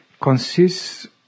consists